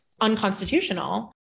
unconstitutional